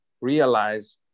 realize